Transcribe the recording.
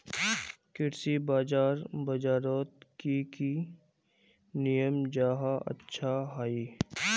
कृषि बाजार बजारोत की की नियम जाहा अच्छा हाई?